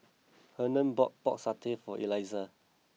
Hernan bought Pork Satay for Elissa